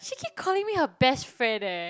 she keep calling me her best friend eh